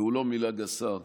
והוא לא מילה גסה: